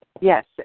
Yes